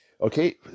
okay